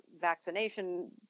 vaccination